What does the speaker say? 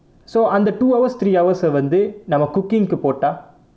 so அந்த:antha two hours three hours சை வந்து நம்ப:sai vanthu namba cooking கு போட்டா:ku pottaa